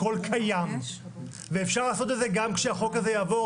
הכול קיים ואפשר לעשות את זה גם כשהחוק הזה יעבור,